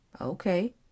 Okay